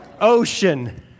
ocean